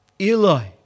Eli